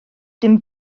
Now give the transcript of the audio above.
dim